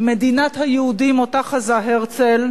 מדינת היהודים שחזה הרצל,